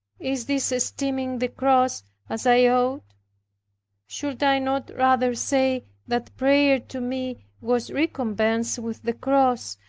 is this esteeming the cross as i ought should i not rather say that prayer to me was recompensed with the cross,